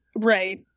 right